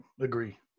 Agree